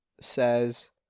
says